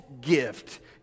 gift